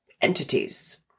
entities